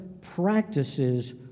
practices